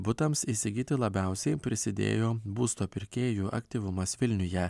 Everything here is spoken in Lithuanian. butams įsigyti labiausiai prisidėjo būsto pirkėjų aktyvumas vilniuje